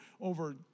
over